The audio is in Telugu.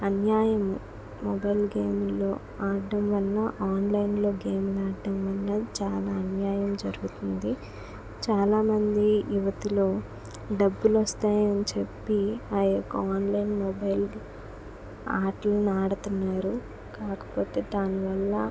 అన్యాయం మొబైల్ గేమ్లో ఆడటం వల్ల ఆన్లైన్లో గేమ్లు ఆడటం వల్ల చాలా అన్యాయం జరుగుతుంది చాలా మంది యువతులు డబ్బులు వస్తాయని చెప్పి ఆ యొక్క ఆన్లైన్ మొబైల్ గేమ్ ఆట్లని ఆడుతున్నారు కాకపోతే దానివల్ల